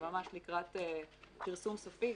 שנמצאת ממש לקראת פרסום סופי,